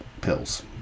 pills